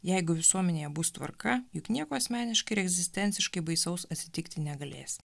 jeigu visuomenėje bus tvarka juk nieko asmeniškai ir egzistenciškai baisaus atsitikti negalės